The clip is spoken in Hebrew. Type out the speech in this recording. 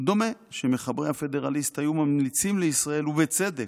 דומה שמחברי הפדרליסט היו ממליצים לישראל, ובצדק,